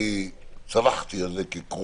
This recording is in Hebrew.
אני צווחתי על זה ככרוכיה.